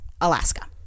Alaska